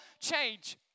change